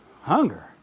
Hunger